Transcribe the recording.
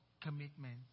commitment